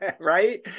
right